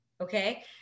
okay